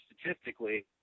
statistically